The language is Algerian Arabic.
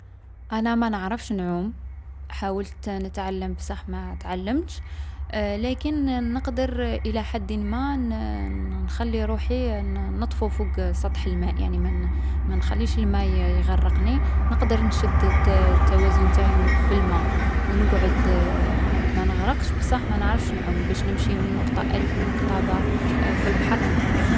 أنا ما نعرفش نعوم. حاولت نتعلم بصح ما تعلمتش. لكن، نـ نقدر إلى حد ما نـ نخلي روحي نـ نطفو فوق سطح الماء، يعني مانـ مانخليش الما يـ يغرقني. نقدر نشد التـ التوازن نتاعي في الما و نقعد ما نغرقش بصح ما نعرفش نعوم. باش نمشي من نقطة أ للنقطة ب في البحر ما نعرفش.